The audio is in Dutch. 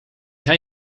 jij